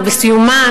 או בסיומן,